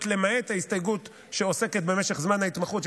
למעט ההסתייגות שעוסקת במשך ההתמחות,